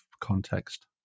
context